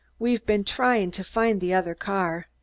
we've been trying to find the other car.